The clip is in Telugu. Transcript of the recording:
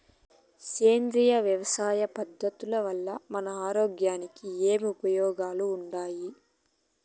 సేంద్రియ వ్యవసాయం పద్ధతుల వల్ల మన ఆరోగ్యానికి ఏమి ఉపయోగాలు వుండాయి?